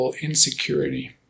insecurity